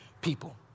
people